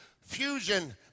fusion